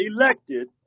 elected